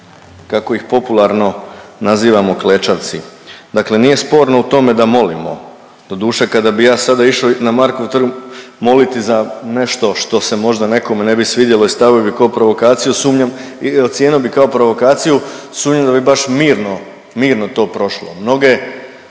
kako ih popularno nazivamo klečavci. Dakle nije sporno u tome da molimo, doduše kada bi ja sada išao na Markov trg moliti za nešto što se možda nekome ne bi svidjelo i stavio bi kao provokaciju, sumnjam, i ocijenio bi kao